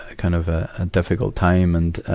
ah kind of a difficult time, and,